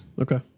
Okay